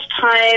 time